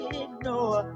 ignore